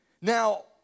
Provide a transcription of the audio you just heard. Now